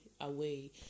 away